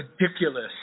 ridiculous